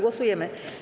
Głosujemy.